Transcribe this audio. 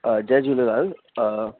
Jay Jhulelal